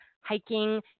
hiking